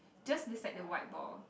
just beside the white ball